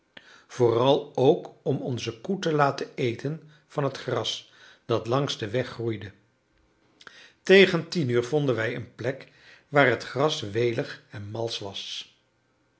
vooral ook om onze koe te laten eten van het gras dat langs den weg groeide tegen tien uur vonden wij een plek waar het gras welig en malsch was